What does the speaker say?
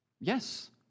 Yes